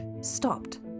stopped